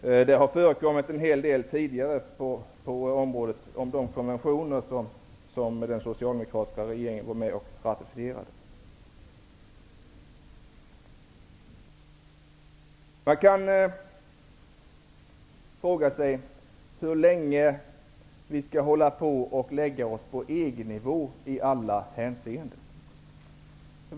Det har hänt en hel del tidigare när det gäller de konventioner som den socialdemokratiska regeringen var med och ratificerade. Man kan fråga sig hur länge vi skall hålla på att lägga oss på EG-nivå i alla hänseenden.